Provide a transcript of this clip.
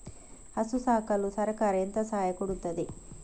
ಹಸು ಸಾಕಲು ಸರಕಾರ ಎಂತ ಸಹಾಯ ಕೊಡುತ್ತದೆ?